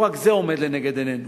לא רק זה עומד לנגד עינינו,